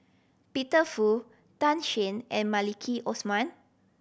Peter Fu Tan Shen and Maliki Osman